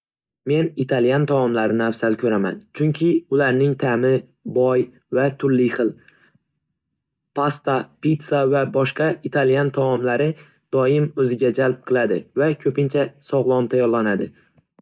Men italyan taomlarini afzal ko'raman, chunki ularning ta'mi boy va turli xil. Pasta, pizza va boshqa italyan taomlari doim o'ziga jalb qiladi va ko'pincha sog'lom tayyorlanadi.